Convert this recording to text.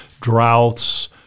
droughts